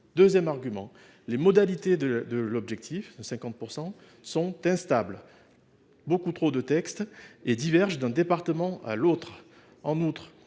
Deuxièmement, les modalités de l’objectif sont instables – il y a beaucoup trop de textes – et divergent d’un département à l’autre. En outre,